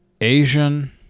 Asian